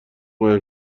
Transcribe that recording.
قایم